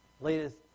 latest